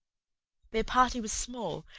their party was small,